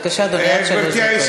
בבקשה, אדוני, עד שלוש דקות.